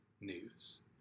news